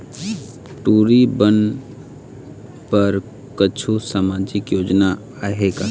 टूरी बन बर कछु सामाजिक योजना आहे का?